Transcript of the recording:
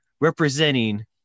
representing